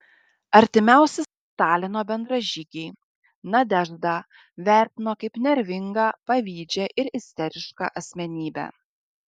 artimiausi stalino bendražygiai nadeždą vertino kaip nervingą pavydžią ir isterišką asmenybę